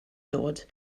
dod